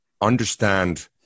understand